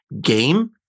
game